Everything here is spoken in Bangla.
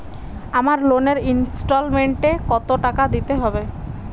আমার লোনের ইনস্টলমেন্টৈ কত টাকা দিতে হবে?